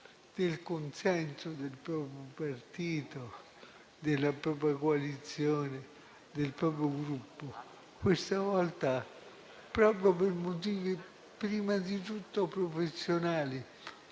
del consenso del proprio partito, della propria coalizione, del proprio Gruppo; questa volta, proprio per motivi prima di tutto professionali